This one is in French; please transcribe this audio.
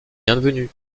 bienvenu